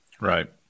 Right